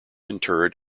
interred